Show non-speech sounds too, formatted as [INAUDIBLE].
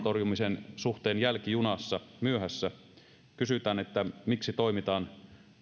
[UNINTELLIGIBLE] torjumisen suhteen jälkijunassa myöhässä ja kysytään miksi toimitaan